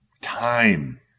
time